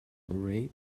rate